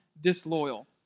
Disloyal